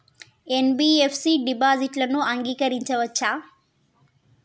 NBFC డిపాజిట్లను అంగీకరించవచ్చా?